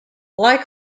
like